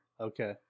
Okay